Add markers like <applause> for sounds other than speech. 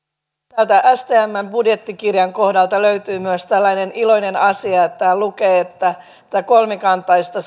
täältä budjettikirjasta stmn kohdalta löytyy myös tällainen iloinen asia että täällä lukee että tätä kolmikantaista <unintelligible>